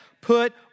Put